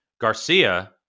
Garcia